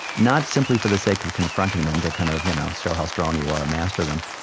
not simply for the sake of confronting them, to kind of you know show how strong you are, master them,